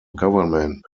government